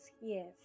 yes